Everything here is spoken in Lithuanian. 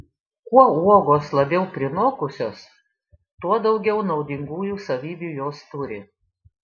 kuo uogos labiau prinokusios tuo daugiau naudingųjų savybių jos turi